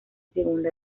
segunda